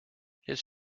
his